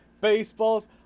baseballs